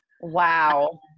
Wow